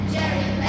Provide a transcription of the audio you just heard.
Jerry